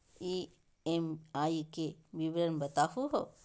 EMI के विवरण बताही हो?